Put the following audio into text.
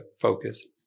focus